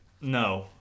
no